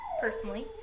personally